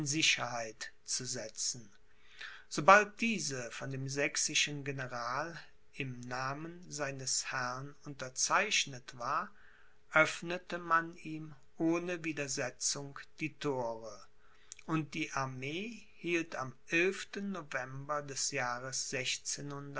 sicherheit zu setzen sobald diese von dem sächsischen general im namen seines herrn unterzeichnet war öffnete man ihm ohne widersetzung die thore und die armee hielt am november des jahres